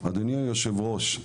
אדוני יושב הראש,